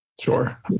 sure